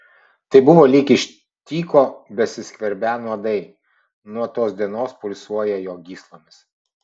tai buvo lyg iš tyko besiskverbią nuodai nuo tos dienos pulsuoją jo gyslomis